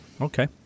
Okay